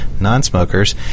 non-smokers